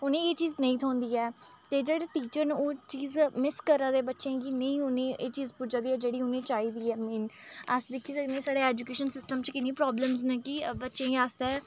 उ'नें ई एह् चीज़ नेईं थ्होंदी ऐ ते जेह्ड़े टीचर्स न ओह् चीज़ मिस करा दे बच्चे गी नेईं उ'नें गी एह् चीज़ पुज्जे दी ऐ जेह्ड़ी चाहिदी ऐ उ'नें गी अस दिक्खी सकने ऐ की साढ़े एजुकेशन सिस्टम च कि'न्नी प्रॉब्लम्स न की बच्चें ई आस्तै